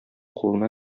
кулына